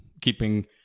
keeping